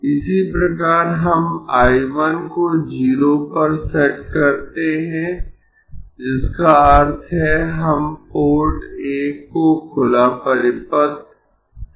इसी प्रकार हम I 1 को 0 पर सेट करते है जिसका अर्थ है हम पोर्ट 1 को खुला परिपथ करते है